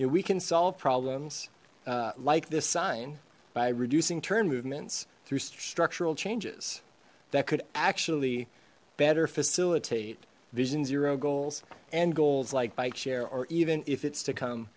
yeah we can solve problems like this sign by reducing turn movements through structural changes that could actually better facilitate vision zero goals and goals like bike share or even if it's